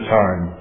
time